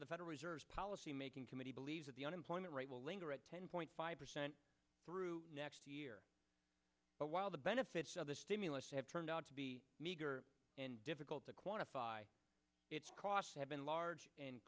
of the federal reserve's policymaking committee believes that the unemployment rate will linger at ten point five percent through next year but while the benefits of the stimulus have turned out to be meager and difficult to quantify its costs have been large and